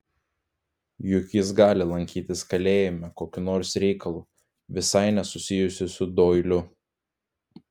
juk jis gali lankytis kalėjime kokiu nors reikalu visai nesusijusiu su doiliu